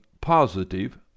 positive